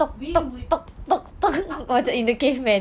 we would apa itu